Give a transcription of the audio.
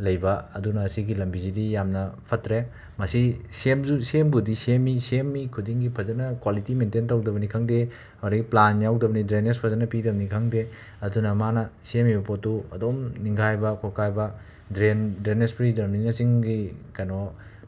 ꯂꯩꯕ ꯑꯗꯨꯅ ꯁꯤꯒꯤ ꯂꯝꯕꯤꯁꯤꯗꯤ ꯌꯥꯝꯅ ꯐꯠꯇ꯭ꯔꯦ ꯃꯁꯤ ꯁꯦꯝꯁꯨ ꯁꯦꯝꯕꯨꯗꯤ ꯁꯦꯝꯃꯤ ꯁꯦꯝꯃꯤ ꯈꯨꯗꯤꯡꯒꯤ ꯐꯖꯅ ꯀ꯭ꯋꯥꯂꯤꯇꯤ ꯃꯦꯟꯇꯦꯟ ꯇꯧꯗꯕꯅꯤ ꯈꯪꯗꯦ ꯑꯗꯒꯤ ꯄ꯭ꯂꯥꯟ ꯌꯥꯎꯗꯕꯅꯤ ꯗ꯭ꯔꯦꯟꯅꯦꯁ ꯐꯖꯅ ꯄꯤꯗꯕꯅꯤ ꯈꯪꯗꯦ ꯑꯗꯨꯅ ꯃꯥꯅ ꯁꯦꯝꯃꯤꯕ ꯄꯣꯠꯇꯨ ꯑꯗꯨꯝ ꯅꯤꯡꯈꯥꯏꯕ ꯈꯣꯠꯀꯥꯏꯕ ꯗ꯭ꯔꯦꯟ ꯗ꯭ꯔꯦꯟꯅꯦꯁ ꯄꯤꯗ꯭ꯔꯕꯅꯤꯅ ꯆꯤꯡꯒꯤ ꯀꯩꯅꯣ